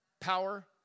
power